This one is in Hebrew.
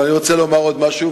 אני רוצה לומר עוד משהו,